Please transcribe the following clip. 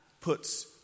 puts